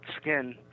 Skin